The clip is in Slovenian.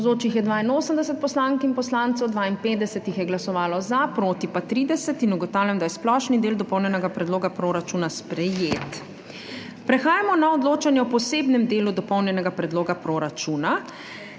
Navzočih je 82 poslank in poslancev, 52 jih je glasovalo za, proti pa 30. (Za je glasovalo 52.) (Proti 30.) Ugotavljam, da je splošni del Dopolnjenega predloga proračuna sprejet. Prehajamo na odločanje o posebnem delu Dopolnjenega predloga proračuna